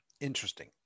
Interesting